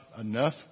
enough